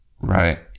Right